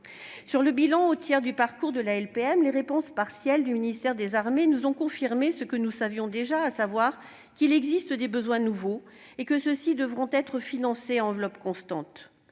est du bilan, au tiers du parcours de la LPM, les réponses partielles du ministère des armées nous ont confirmé ce que nous savions déjà, à savoir qu'il existe des besoins nouveaux et que ceux-ci devront être financés à enveloppe constante.